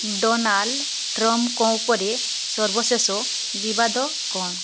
Donald ଟ୍ରମ୍ପଙ୍କ ଉପରେ ସର୍ବଶେଷ ବିବାଦ କ'ଣ